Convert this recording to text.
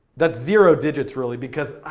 that's zero digits really, because,